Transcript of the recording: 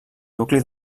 nucli